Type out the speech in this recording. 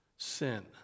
sin